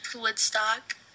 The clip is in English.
Woodstock